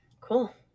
Cool